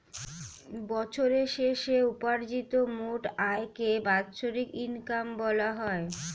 বছরের শেষে উপার্জিত মোট আয়কে বাৎসরিক ইনকাম বলা হয়